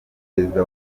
perezida